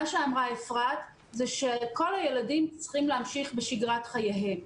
מה שאמרה אפרת זה שכל הילדים צריכים להמשיך בשגרת חייהם.